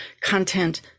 content